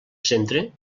centre